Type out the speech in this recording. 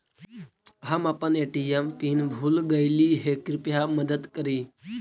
हम अपन ATM pin भूल गईली हे, कृपया मदद करी